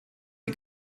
die